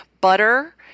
Butter